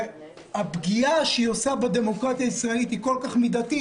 וכן שהפגיעה שהיא עושה בדמוקרטיה הישראלית היא כל כך מידתית